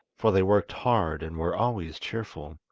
for they worked hard and were always cheerful.